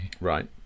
Right